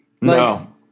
No